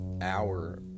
hour